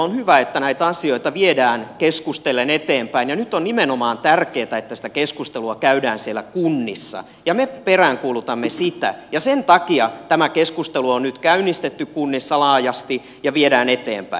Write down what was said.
on hyvä että näitä asioita viedään keskustellen eteenpäin ja nyt on nimenomaan tärkeätä että keskustelua käydään siellä kunnissa ja me peräänkuulutamme sitä ja sen takia tämä keskustelu on nyt käynnistetty kunnissa laajasti ja sitä viedään eteenpäin